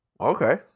Okay